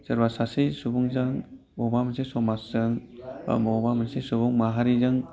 सोरबा सासे सुबुंजों सोरबा मोनसे समाजजों बबेबा मोनसे सुबुं माहारिजों